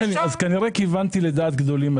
כנראה כיוונתי לדעת גדולים,